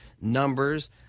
numbers